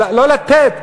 לא לתת,